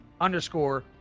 underscore